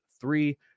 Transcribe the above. three